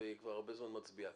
והיא כבר הרבה זמן מצביעה.